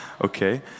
Okay